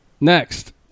Next